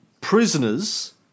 prisoners